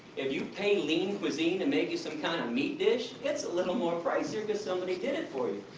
if you pay lean cuisine to make you some kind of meat dish, it's a little more pricier cause somebody did it for you.